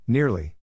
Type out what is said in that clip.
Nearly